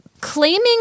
claiming